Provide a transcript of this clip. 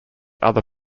other